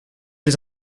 les